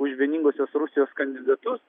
už vieningosios rusijos kandidatus